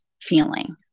feeling